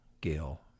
Gail